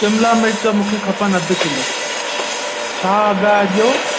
शिमला मिर्च मूंखे खपनि अधु किलो छा अघु आहे अॼु जो